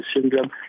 syndrome